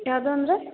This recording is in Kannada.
ಯಾವುದು ಅಂದರೆ